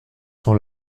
son